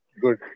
good